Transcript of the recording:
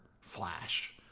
flash